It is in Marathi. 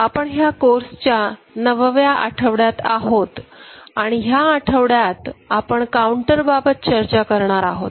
आपण ह्या कोर्स च्या नवव्या आठवड्यात आहोत आणि ह्या आठवड्यात आपण काउंटर बाबत चर्चा करणार आहोत